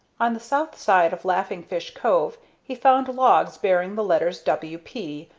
on the south side of laughing fish cove he found logs bearing the letters w. p.